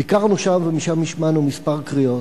ביקרנו שם, ומשם השמענו כמה קריאות.